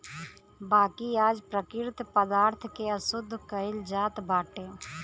बाकी आज प्राकृतिक पदार्थ के अशुद्ध कइल जात बाटे